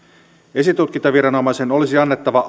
esitutkintaviranomaisen olisi annettava